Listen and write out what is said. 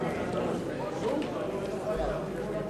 להביע אי-אמון